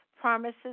Promises